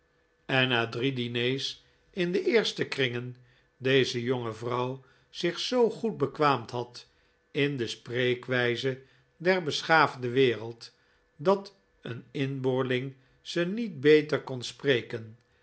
en na drie diners in de eerste kringen deze jonge vrouw zich zoo goed bekwaamd had in de spreekwijze der beschaafde wereld dat een inboorling ze niet beter kon spreken